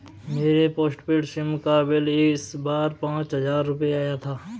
मेरे postpaid SIM का bill इस बार पाँच हजार रुपए आया था